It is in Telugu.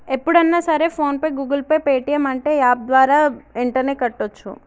ఎప్పుడన్నా సరే PhonePe Google Pay Paytm అంటే యాప్ ద్వారా యెంటనే కట్టోచ్చు